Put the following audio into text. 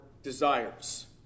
desires